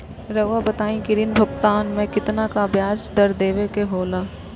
रहुआ बताइं कि ऋण भुगतान में कितना का ब्याज दर देवें के होला?